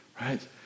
right